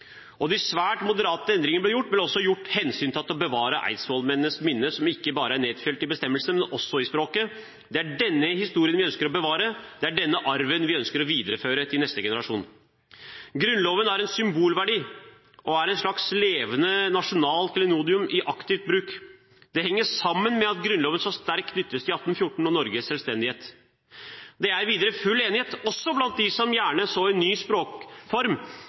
karakter. De svært moderate endringer som ble gjort, ble også gjort av hensyn til å bevare eidsvollsmennenes minne som ikke bare er nedfelt i bestemmelsene, men også i språket. Det er denne historien vi ønsker å bevare. Det er denne arven vi ønsker å videreføre til neste generasjon. Grunnloven har en symbolverdi og er et slags levende nasjonalt klenodium i aktiv bruk. Dette henger sammen med at Grunnloven så sterkt knyttes til 1814 og Norges selvstendighet. Det er videre full enighet – også blant dem som gjerne så en ny språkform